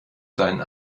deinen